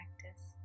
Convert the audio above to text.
practice